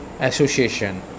association